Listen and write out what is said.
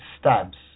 stabs